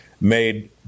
made